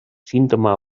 sintoma